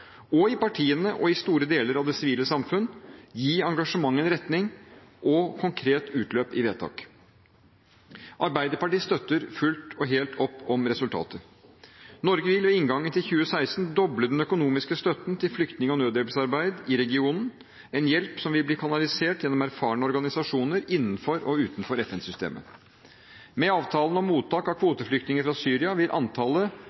i partiene og i store deler av det sivile samfunnet, gi engasjementet retning og konkret utløp i vedtak. Arbeiderpartiet støtter fullt og helt opp om resultatet. Norge vil ved inngangen til 2016 doble den økonomiske støtten til flyktning- og nødhjelpsarbeidet i regionen, en hjelp som vil bli kanalisert gjennom erfarne organisasjoner innenfor og utenfor FN-systemet. Med avtalen om mottak av kvoteflyktninger fra Syria vil antallet